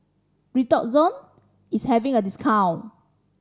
Redoxon is having a discount